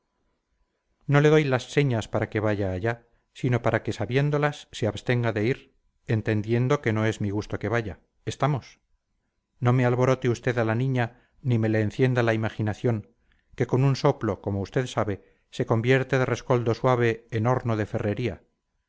no le doy las señas para que vaya allá sino para que sabiéndolas se abstenga de ir entendiendo que no es mi gusto que vaya estamos no me alborote usted a la niña ni me le encienda la imaginación que con un soplo como usted sabe se convierte de rescoldo suave en horno de ferrería